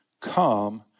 come